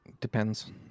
depends